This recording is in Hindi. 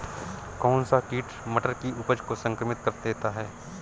कौन सा कीट मटर की उपज को संक्रमित कर देता है?